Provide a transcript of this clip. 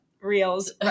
reels